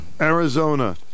Arizona